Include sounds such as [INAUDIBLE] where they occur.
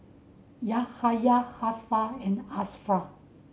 Yahaya Hafsa and [UNINTELLIGIBLE]